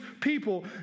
people